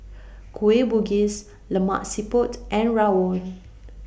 Kueh Bugis Lemak Siput and Rawon